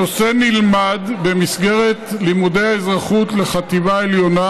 הנושא נלמד במסגרת לימודי האזרחות לחטיבה עליונה,